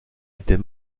était